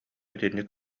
итинник